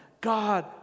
God